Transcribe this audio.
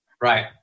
Right